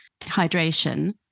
hydration